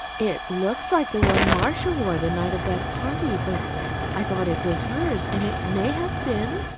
it looks like the one marcia wore the night of that party, but i thought it was hers, and it may have been.